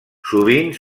sovint